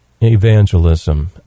evangelism